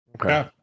Okay